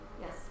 Yes